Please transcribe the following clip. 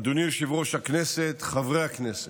אדוני יושב-ראש הכנסת, חברי הכנסת,